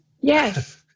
Yes